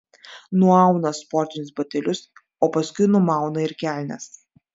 nuauna sportinius batelius o paskui numauna ir kelnes